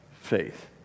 faith